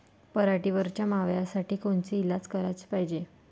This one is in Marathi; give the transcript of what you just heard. पराटीवरच्या माव्यासाठी कोनचे इलाज कराच पायजे?